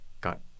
got